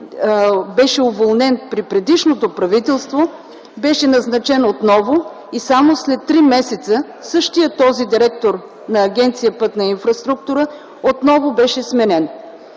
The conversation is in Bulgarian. беше уволнен при предишното правителство, беше назначен отново. И само след три месеца същият този директор на Агенция „Пътна инфраструктура” отново беше сменен.